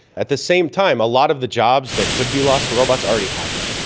at the same time, a lot of the jobs that could be lost to robots already happened.